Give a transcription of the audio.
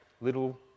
little